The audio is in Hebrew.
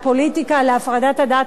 להפרדת הדת מהמדינה.